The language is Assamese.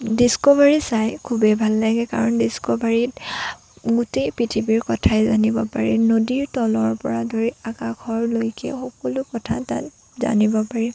ডিষ্কভাৰী চাই খুবেই ভাল লাগে কাৰণ ডিষ্কভাৰীত গোটেই পৃথিৱীৰ কথাই জানিব পাৰি নদীৰ তলৰ পৰা ধৰি আকাশলৈকে সকলো কথা তাত জানিব পাৰি